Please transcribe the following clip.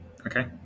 Okay